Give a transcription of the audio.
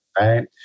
right